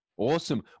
Awesome